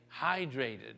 hydrated